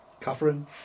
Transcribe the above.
Catherine